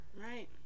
Right